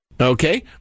Okay